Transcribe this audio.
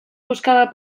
buscava